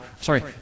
sorry